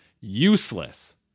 useless